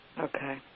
Okay